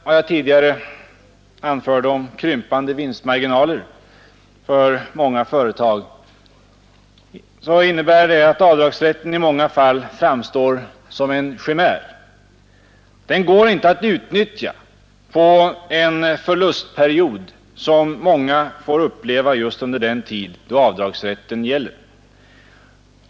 Vad jag tidigare anförde om krympande vinstmarginaler för många företag innebär att avdragsrätten i många fall framstår som en chimär. Den går inte att utnyttja på en förlustperiod som många får uppleva just under den tid då avdragsrätten gäller.